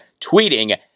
tweeting